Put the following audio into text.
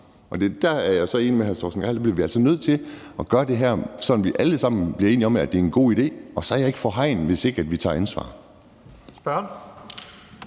Og der er jeg så enig med hr. Torsten Gejl i, at vi altså bliver nødt til at gøre det her, sådan at vi alle sammen bliver enige om, at det er en god idé. Og så er jeg ikke for hegn, hvis ikke vi tager ansvar.